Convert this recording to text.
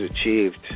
achieved